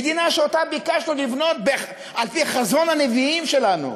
המדינה שביקשנו לבנות על-פי חזון הנביאים שלנו: